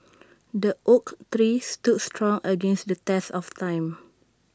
the oak three stood strong against the test of time